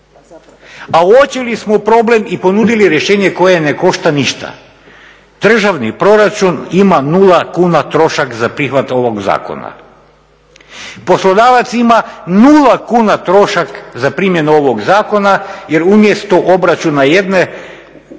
a uočili smo problem i ponudili rješenje koje ne košta ništa. Državni proračun ima 0 kuna trošak za prihvat ovog zakona. poslodavac ima 0 kuna trošak za primjenu ovog zakona jer umjesto obračuna jedne